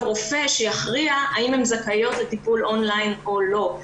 מישהו שיכריע אם הן זכאיות לטיפול און-ליין או לא,